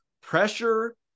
pressure